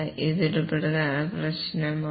ഇതൊരു പ്രധാന പ്രശ്നമാണ്